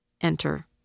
enter